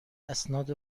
اسناد